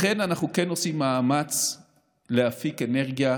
לכן אנחנו כן עושים מאמץ להפיק אנרגיה